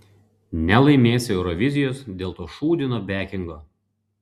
nelaimės eurovizijos dėl to šūdino bekingo